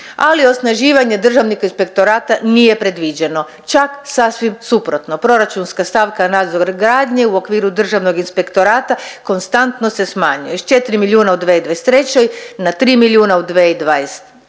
ali osnaživanje Državnog inspektorata nije predviđeno, čak sasvim suprotno, proračunska stavka nadzor gradnje u okviru Državnog inspektorata konstantno se smanjuje s 4 milijuna u 2023. na 3 milijuna u 2024.